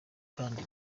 kandi